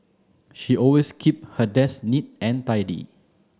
she always keep her desk neat and tidy